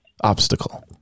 obstacle